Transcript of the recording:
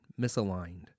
misaligned